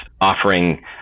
offering